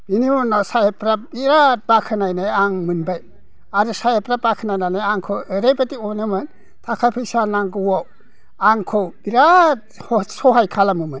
बिनि उनाव साहेबफ्रा बिराद बाख्नायनाय आं मोनबाय आरो साहेबफ्रा बाखनायनानै आंखौ ओरैबायदि आनोमोन थाखा फैसा नांगौआव आंखौ बिराद सहाय खालामोमोन